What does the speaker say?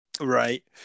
Right